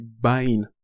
buying